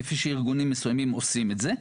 כפי שארגונים מסוימים עושים את זה,